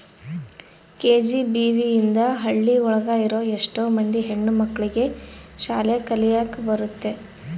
KGBV ಇಂದ ಹಳ್ಳಿ ಒಳಗ ಇರೋ ಎಷ್ಟೋ ಮಂದಿ ಹೆಣ್ಣು ಮಕ್ಳಿಗೆ ಶಾಲೆ ಕಲಿಯಕ್ ಬರುತ್ತೆ